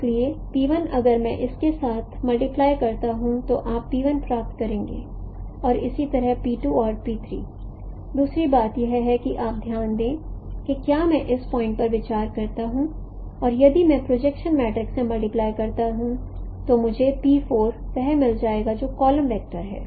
इसलिए अगर मैं इसे इसके साथ मल्टीप्लाई करता हूं तो आप प्राप्त करेंगे और इसी तरहऔर दूसरी बात यह है कि आप ध्यान दें कि क्या मैं इस पॉइंट पर विचार करता हूं और यदि मैं प्रोजेक्शन मैट्रिक्स से मल्टीप्लाई करता हूं तो मुझे वह मिल जाएगा जो कॉलम वेक्टर है